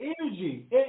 energy